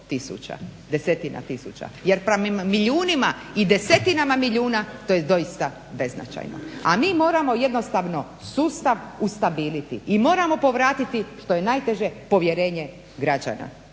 desetina tisuća. Jer prema milijunima i desetinama milijuna to je doista beznačajno. A mi moramo jednostavno sustav ustabiliti i moramo povratiti što je najteže povjerenje građana.